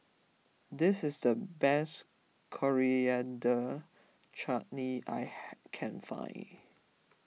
this is the best Coriander Chutney I can find